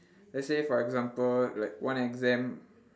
let's say for example like one exam